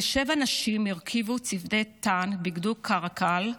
כשבע נשים הרכיבו צוותי טנק בגדוד קרקל,